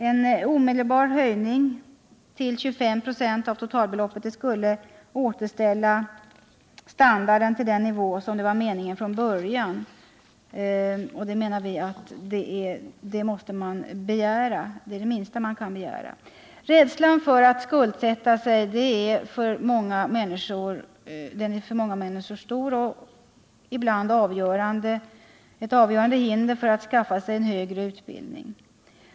En omedelbar höjning till 25 26 av totalbeloppet skulle återställa standarden till den nivå som var avsedd från början. Det är det minsta man kan begära. Rädslan för skuldsättning utgör för många människor ett stort och kanske ibland avgörande hinder för att skaffa sig högre utbildning.